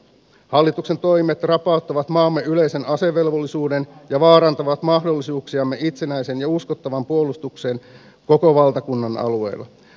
hallituksen toimet rapauttavat maamme yleisen asevelvollisuuden ja vaarantavat mahdollisuuksiamme itsenäiseen ja uskottavaan puolustukseen koko valtakunnan alueella